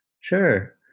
Sure